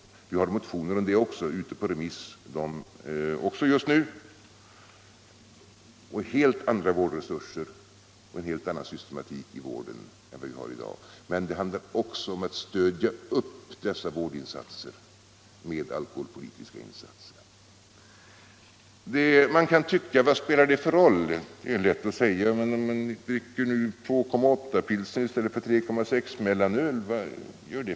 Vi har också just motioner om detta ute på remiss. I dessa krävs helt andra vårdresurser och en helt annan systematik i vården än vad som finns i dag, men det handlar också om att stödja upp dessa vårdåtgärder med alkoholpolitiska insatser. Man kan tycka att det inte skulle spela någon roll om man dricker 2,8-pilsner i stället för 3,6-mellanöl.